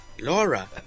Laura